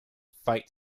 fight